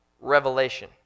revelation